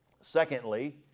Secondly